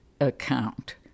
account